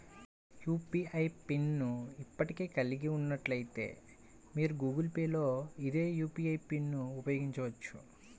UPI pin ను ఇప్పటికే కలిగి ఉన్నట్లయితే, మీరు గూగుల్ పే లో అదే యూ.పీ.ఐ పిన్ను ఉపయోగించవచ్చు